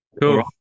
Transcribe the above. cool